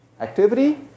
activity